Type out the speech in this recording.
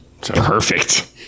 Perfect